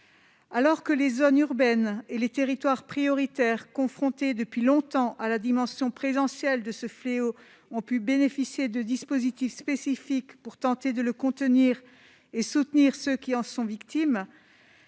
alors que les zones urbaines et les territoires prioritaires, confronté depuis longtemps à la dimension présidentielle de ce fléau ont pu bénéficier de dispositifs spécifiques pour tenter de le contenir et soutenir ceux qui en sont victimes,